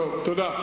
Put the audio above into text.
תודה.